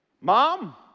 Mom